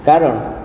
କାରଣ